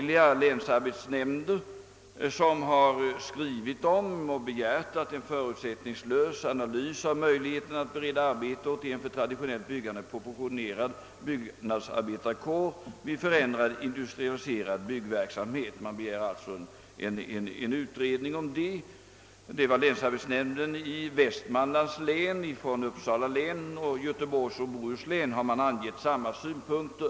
Länsarbetsnämnden i Västmanland har sålunda begärt en förutsättningslös analys av möjligheterna att bereda arbete åt en för traditionellt byggande proportionerad byggnadsarbetarkår vid förändrad och industrialiserad byggverksamhet. Från Uppsala län samt Göteborgs och Bohus län har anförts samma synpunkter.